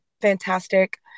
fantastic